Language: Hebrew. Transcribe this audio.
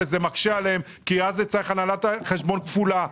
זה מקשה עליהם, כי אז צריך הנהלת חשבונות כפולה.